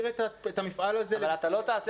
ההחלטה להעביר את המפעל הזה --- אבל אתה לא תעשה